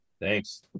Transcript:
Thanks